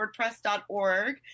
WordPress.org